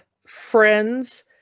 friends